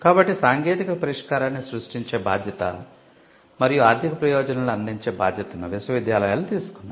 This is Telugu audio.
కాబట్టి సాంకేతిక పరిష్కారాన్ని సృష్టిoచే బాధ్యత మరియు ఆర్ధిక ప్రయోజనాలను అందించే బాధ్యతను విశ్వవిద్యాలయాలు తీసుకున్నాయి